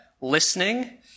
listening